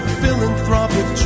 philanthropic